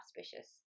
auspicious